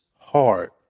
hard